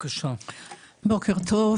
בוקר טוב.